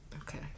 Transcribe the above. Okay